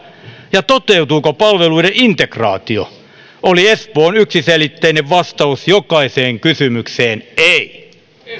ja toteutuuko palveluiden integraatio oli espoon yksiselitteinen vastaus jokaiseen kysymykseen ei